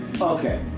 Okay